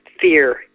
fear